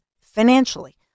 financially